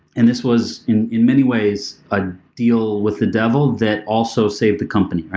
and this was, in in many ways, a deal with the devil that also saved the company,